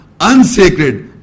unsacred